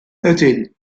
ydyn